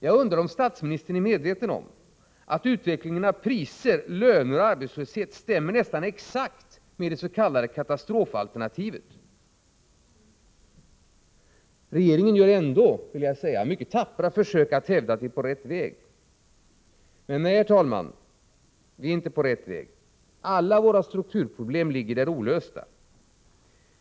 Jag undrar om statsministern är medveten om att utvecklingen av priser, löner och arbetslöshet stämmer nästan exakt med det s.k. katastrofalternativet. Regeringen gör ändå, vill jag säga, mycket tappra försök att hävda att vi är på rätt väg. Nej, herr talman, vi är inte på rätt väg. Alla våra strukturproblem är fortfarande olösta.